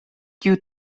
kiu